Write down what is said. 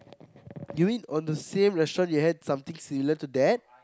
you mean on the same restaurant you had something similar to that